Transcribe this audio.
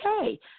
okay